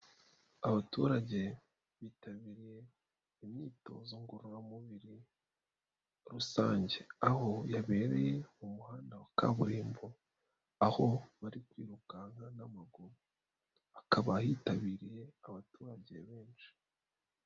Abaturage bitabiriye imyitozo ngororamubiri rusange aho yabereye mu muhanda wa kaburimbo, aho bari kwirukanka n'amaguru, hakaba hitabiriye abaturage benshi.